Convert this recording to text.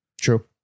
true